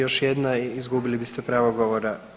Još jedna i izgubili biste pravo govora.